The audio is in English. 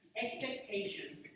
Expectation